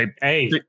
hey